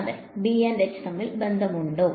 അതെ B H തമ്മിൽ ബന്ധമുണ്ടോ